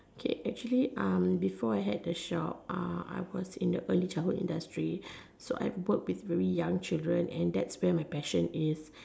okay actually um before I had the shop uh I was in the early childhood industry so I work with very young children and that's where my passion is